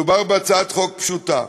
מדובר בהצעת חוק פשוטה,